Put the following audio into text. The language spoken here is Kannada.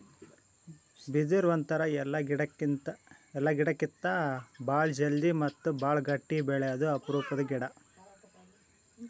ಬಿದಿರ್ ಒಂಥರಾ ಎಲ್ಲಾ ಗಿಡಕ್ಕಿತ್ತಾ ಭಾಳ್ ಜಲ್ದಿ ಮತ್ತ್ ಭಾಳ್ ಗಟ್ಟಿ ಬೆಳ್ಯಾದು ಅಪರೂಪದ್ ಗಿಡಾ